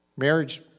Marriage